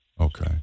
Okay